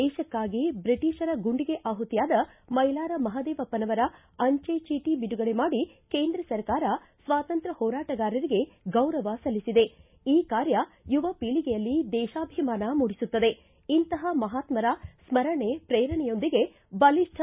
ದೇಶಕ್ಕಾಗಿ ಬ್ರಿಟಿಷರ ಗುಂಡಿಗೆ ಆಹುತಿಯಾದ ಮೈಲಾರ ಮಹದೇವಪ್ಪನವರ ಅಂಚೆ ಚೀಟ ಬಿಡುಗಡೆ ಮಾಡಿ ಕೇಂದ್ರ ಸರ್ಕಾರ ಸ್ವಾತಂತ್ರ್ಯ ಹೋರಾಟಗಾರರಿಗೆ ಗೌರವ ಸಲ್ಲಿಸಿದೆ ಈ ಕಾರ್ಯ ಯುವಬೀಳಿಗೆಯಲ್ಲಿ ದೇಶಾಭಿಮಾನ ಮೂಡಿಸುತ್ತದೆ ಇಂತಹ ಮಹಾತ್ಸರ ಸ್ಗರಣೆ ಪ್ರೇರಣೆಯೊಂದಿಗೆ ಬಲಿಷ್ಠ